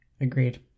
Agreed